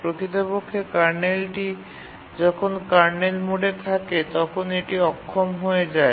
প্রকৃতপক্ষে কার্নেলটি যখন কার্নেল মোডে থাকে তখন এটি অক্ষম হয়ে যায়